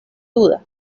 duda